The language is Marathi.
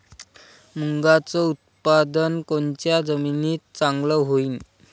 मुंगाचं उत्पादन कोनच्या जमीनीत चांगलं होईन?